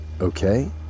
okay